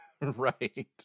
right